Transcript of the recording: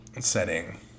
setting